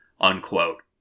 unquote